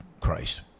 christ